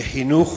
בחינוך,